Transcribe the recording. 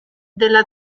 della